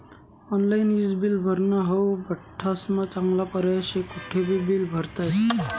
online ईज bill भरनं हाऊ बठ्ठास्मा चांगला पर्याय शे, कोठेबी बील भरता येस